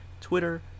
Twitter